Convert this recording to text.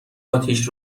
اتیش